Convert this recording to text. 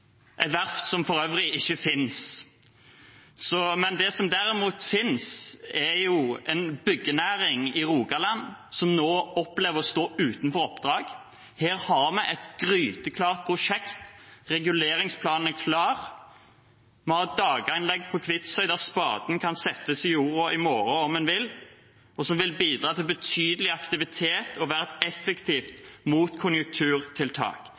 verft som for øvrig ikke finnes. Men det som derimot finnes, er en byggenæring i Rogaland som nå opplever å stå uten oppdrag. Her har vi et gryteklart prosjekt, reguleringsplanen er klar, vi har daganlegg på Kvitsøy der spaden kan settes i jorda i morgen om en vil, og som vil bidra til betydelig aktivitet og være et effektivt